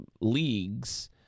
leagues